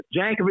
Jankovic